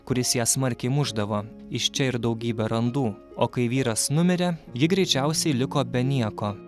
kuris ją smarkiai mušdavo iš čia ir daugybė randų o kai vyras numirė ji greičiausiai liko be nieko